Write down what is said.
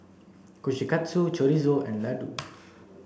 Kushikatsu Chorizo and Ladoo